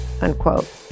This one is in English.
Unquote